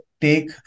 take